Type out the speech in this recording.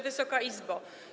Wysoka Izbo!